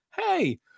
Hey